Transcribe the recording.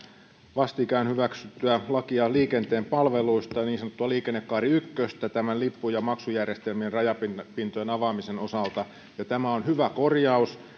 vastikään hyväksyttyä lakia liikenteen palveluista niin sanottua liikennekaari ykköstä näiden lippu ja maksujärjestelmien rajapintojen avaamisen osalta ja tämä on hyvä korjaus